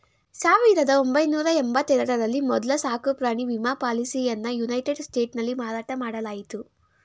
ಸಾವಿರದ ಒಂಬೈನೂರ ಎಂಬತ್ತ ಎರಡ ರಲ್ಲಿ ಮೊದ್ಲ ಸಾಕುಪ್ರಾಣಿ ವಿಮಾ ಪಾಲಿಸಿಯನ್ನಯುನೈಟೆಡ್ ಸ್ಟೇಟ್ಸ್ನಲ್ಲಿ ಮಾರಾಟ ಮಾಡಲಾಯಿತು